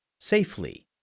safely